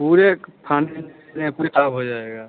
पूरे में पूरे खराब हो जाएगा